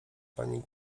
pani